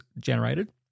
generated